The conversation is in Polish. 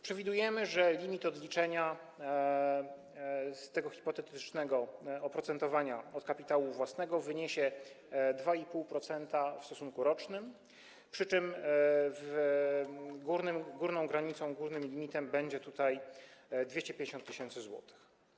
Przewidujemy, że limit odliczenia z tego hipotetycznego oprocentowania od kapitału własnego wyniesie 2,5% w stosunku rocznym, przy czym górną granicą, górnym limitem będzie tutaj 250 tys. zł.